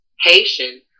haitian